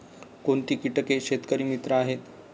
कोणती किटके शेतकरी मित्र आहेत?